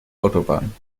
autobahn